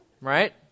right